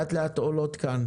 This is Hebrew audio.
שעולות כאן לאט-לאט.